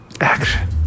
Action